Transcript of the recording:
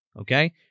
Okay